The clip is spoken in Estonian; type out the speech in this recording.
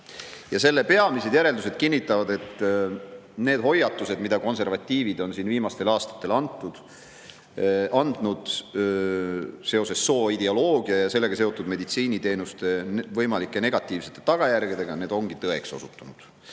Selle peamised järeldused kinnitavad, et need hoiatused, mida konservatiivid on siin viimastel aastatel [teinud] seoses sooideoloogia ja sellega seotud meditsiiniteenuste võimalike negatiivsete tagajärgedega, ongi tõeks osutunud.